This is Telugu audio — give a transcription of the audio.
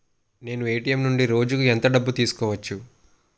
నేను ఎ.టి.ఎం నుండి రోజుకు ఎంత డబ్బు తీసుకోవచ్చు?